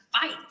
fight